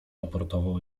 aportował